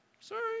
sorry